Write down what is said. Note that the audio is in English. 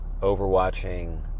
overwatching